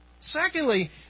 Secondly